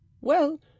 Well